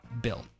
bill